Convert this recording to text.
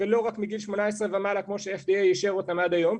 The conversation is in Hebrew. ולא רק מגיל 18 ומעלה כמו שה-FDA אישר אותם עד היום.